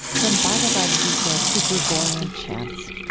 from bhagavad-gita to gregorian chants.